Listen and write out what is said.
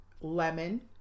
lemon